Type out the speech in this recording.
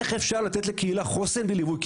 איך אפשר לתת לקהילה חוסן בלי ליווי קהילתי?